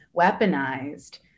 weaponized